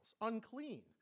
unclean